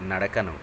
నడకను